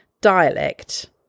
dialect